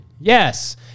Yes